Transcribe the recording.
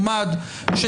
ה